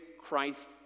Christ